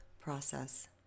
process